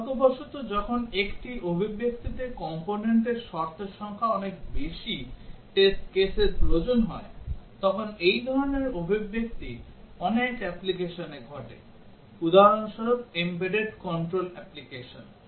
দুর্ভাগ্যবশত যখন একটি অভিব্যক্তিতে কম্পোনেন্টের শর্তের সংখ্যা অনেক বেশি টেস্ট কেসের প্রয়োজন হয় তখন এই ধরনের অভিব্যক্তি অনেক অ্যাপ্লিকেশনে ঘটে উদাহরণস্বরূপ এমবেডেড কন্ট্রোল অ্যাপ্লিকেশন